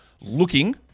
looking